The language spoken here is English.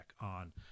on